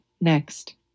Next